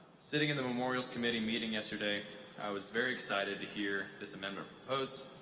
sitting in the memorials committee meeting yesterday i was very excited to hear this amendment proposed.